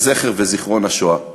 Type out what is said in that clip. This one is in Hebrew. זה זכר וזיכרון השואה.